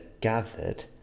gathered